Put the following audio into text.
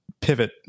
pivot